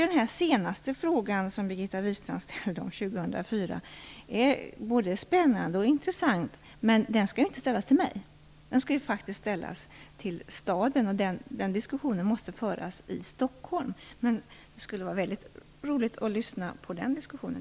Den senaste frågan som Birgitta Wistrand ställde om år 2004 är både spännande och intressant. Men den skall inte ställas till mig. Den skall ställas till staden, och den diskussionen måste föras i Stockholm. Jag tycker också att det skulle vara roligt att lyssna på den diskussionen.